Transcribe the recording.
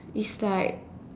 is like